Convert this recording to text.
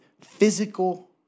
physical